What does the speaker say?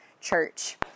church